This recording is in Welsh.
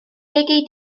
gei